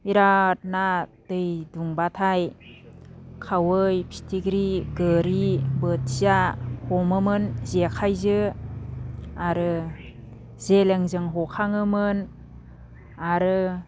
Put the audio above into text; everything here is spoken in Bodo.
बिराद ना दै दुंबाथाय खावै फिथिख्रि गोरि बोथिया हमोमोन जेखाइजों आरो जेलेंजों हखाङोमोन आरो